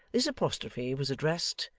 this apostrophe was addressed,